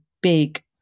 big